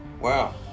Wow